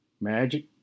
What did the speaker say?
magic